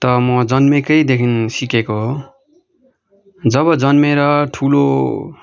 त म जन्मेकैदेखि सिकेको हो जब जन्मेर ठुलो